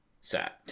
set